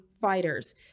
fighters